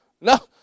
No